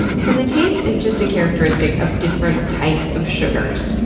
so, the taste is just a characteristic of different types of sugars.